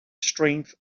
strength